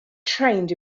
trained